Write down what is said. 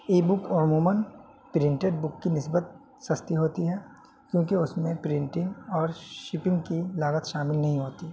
ای book عموماً printed book کی نسبت سستی ہوتی ہے کیوںکہ اس میں پرنٹنگ اور شپنگ کی لاگت شامل نہیں ہوتی